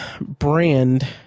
brand